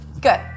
good